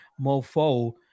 mofo